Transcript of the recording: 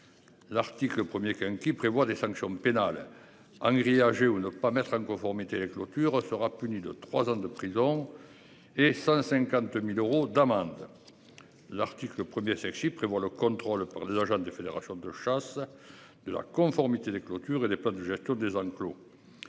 L'article 1er qui prévoit des sanctions pénales en grillagé ou ne pas mettre en conformité la clôture sera puni de 3 ans de prison et 150.000 euros d'amende. L'article 1er sexy prévoit le contrôle par les agents des fédérations de chasse de la conformité des clôtures et des plans de gestion des enclos.